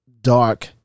dark